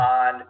on